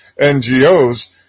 NGOs